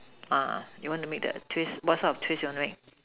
you want to make that twist what sort of twist you want to make